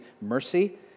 mercy